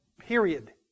Period